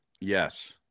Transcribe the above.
Yes